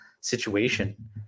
situation